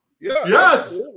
Yes